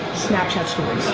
snapchat stories,